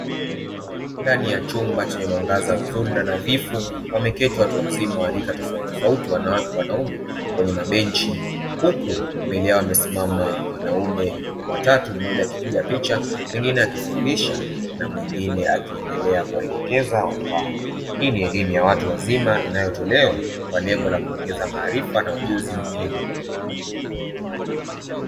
Ndani ya chumba chenye mwangaza mzuri na nadhifu, wameketi watu wazima wa rika tofautitofauti, wanawake kwa wanaume kwenye mabenchi. Huku mbele yao wamesimama wanaume watatu, mmoja akipiga picha, mwingine akifundisha na mwingine akiendelea kuwaelekeza watu hao. Hii ni elimu ya watu wazima inayotolewa kwa lengo la kuongeza maarifa na ujuzi muhimu.